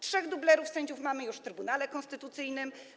Trzech dublerów sędziów mamy już w Trybunale Konstytucyjnym.